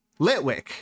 Litwick